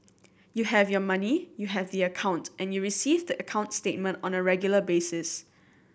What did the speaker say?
you have your money you have the account and you receive the account statement on a regular basis